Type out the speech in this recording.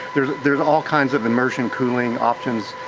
there's there's all kinds of immersion cooling options,